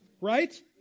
right